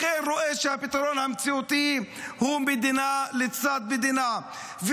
לכן אני רואה שהפתרון המציאותי הוא מדינה לצד מדינה.